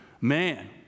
Man